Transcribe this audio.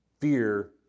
fear